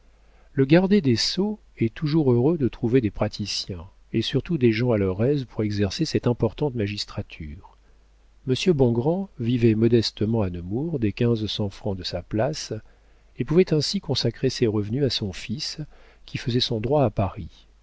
le garde des sceaux est toujours heureux de trouver des praticiens et surtout des gens à leur aise pour exercer cette importante magistrature monsieur bongrand vivait modestement à nemours des quinze cents francs de sa place et pouvait ainsi consacrer ses revenus à son fils qui faisait son droit à paris